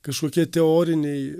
kažkokie teoriniai